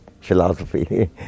philosophy